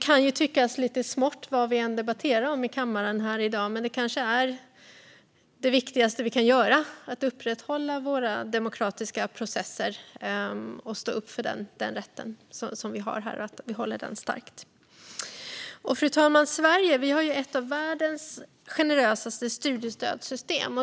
Vad vi än debatterar i kammaren här i dag kan tyckas lite smått. Men att upprätthålla våra demokratiska processer, att stå upp för den rätten och att hålla den stark är kanske det viktigaste vi kan göra. Fru talman! I Sverige har vi ett av världens mest generösa studiestödssystem.